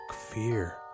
fear